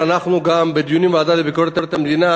אנחנו גם בדיונים בוועדה לביקורת המדינה